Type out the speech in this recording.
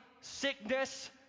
sickness